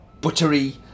buttery